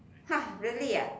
ha really ah